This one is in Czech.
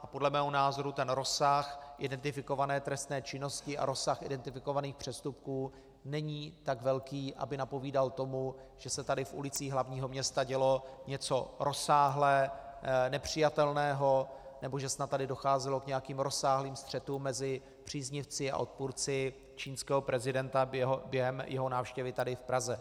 A podle mého názoru ten rozsah identifikované trestné činnosti a rozsah identifikovaných přestupků není tak velký, aby napovídal tomu, že se tady v ulicích hlavního města dělo něco rozsáhle nepřijatelného nebo že snad tady docházelo k nějakým rozsáhlým střetům mezi příznivci a odpůrci čínského prezidenta během jeho návštěvy tady v Praze.